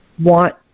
want